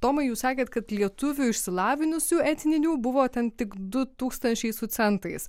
tomai jūs sakėt kad lietuvių išsilavinusių etninių buvo ten tik du tūkstančiai su centais